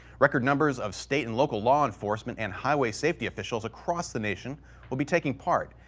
record numbers of state and local law enforcement and highway safety officials across the nation will be taking part,